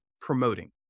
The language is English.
promoting